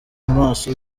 maso